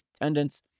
attendance